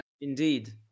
Indeed